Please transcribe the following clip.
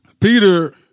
Peter